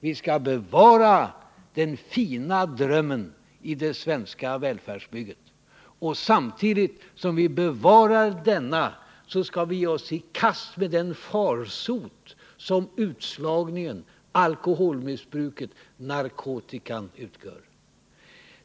Vi skall bevara den fina drömmen om det svenska välfärdsbygget och samtidigt ge oss i kast med de farsoter som utslagningen och missbruket av alkohol och narkotika utgör.